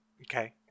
Okay